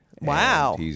Wow